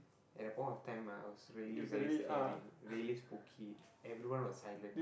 at that point of time ah it was really very scary really spooky everyone was silent